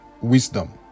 wisdom